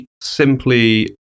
simply